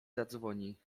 zadzwoni